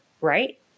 right